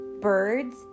Birds